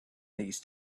these